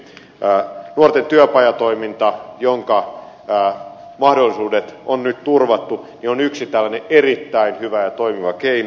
nuorten työpajatoiminta jonka mahdollisuudet on nyt turvattu on yksi tällainen erittäin hyvä ja toimiva keino